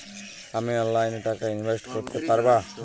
আমি অনলাইনে টাকা ইনভেস্ট করতে পারবো?